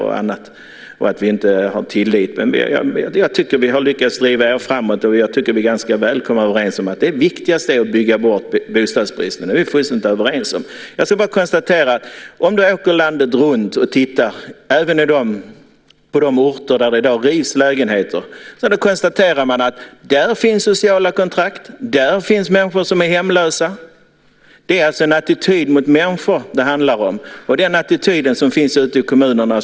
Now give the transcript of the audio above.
Jag tycker att vi i Vänsterpartiet har lyckats att driva er framåt och att vi är väl överens om att det viktigaste är att bygga bort bostadsbristen. Det är vi fullständigt överens om. Om man åker landet runt och ser sig omkring även på de orter där det i dag rivs lägenheter finner man att det där finns sociala kontrakt och människor som är hemlösa. Det är alltså en attityd mot människor som det handlar om. Det är den attityden som finns ute i kommunerna.